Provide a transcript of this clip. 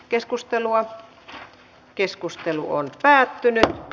keskustelua ei syntynyt